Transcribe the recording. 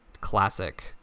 classic